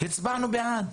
הצבענו בעד,